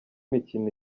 mikino